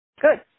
Good